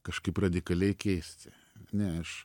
kažkaip radikaliai keisti ne aš